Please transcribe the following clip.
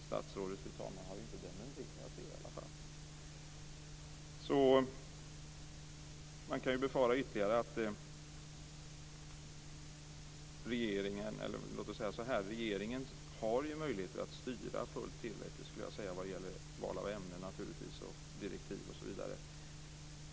Statsrådet har, fru talman, i alla fall inte dementerat det. Regeringen har naturligtvis möjligheter att styra fullt tillräckligt när det gäller val av ämnen, direktiv osv.